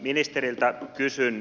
ministeriltä kysyn